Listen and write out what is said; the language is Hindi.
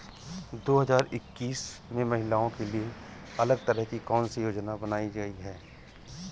दो हजार इक्कीस में महिलाओं के लिए अलग तरह की कौन सी योजना बनाई गई है?